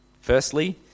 Firstly